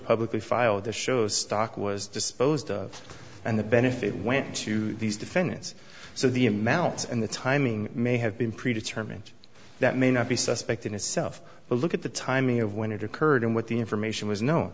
publicly filed to show stock was disposed of and the benefit went to these defendants so the amounts and the timing may have been pre determined that may not be suspect in a self but look at the timing of when it occurred and what the information was no